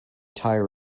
tyre